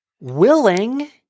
willing